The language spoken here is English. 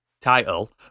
title